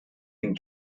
den